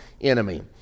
enemy